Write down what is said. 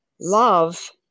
Love